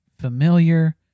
familiar